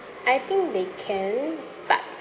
I think they can but